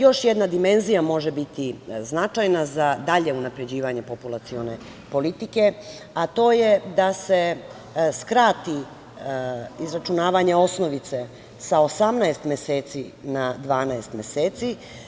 Još jedna dimenzija može biti značajna za dalje unapređivanje populacione politike, a to je da se skrati izračunavanje osnovice sa 18 meseci na 12 meseci.